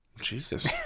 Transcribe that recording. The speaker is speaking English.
Jesus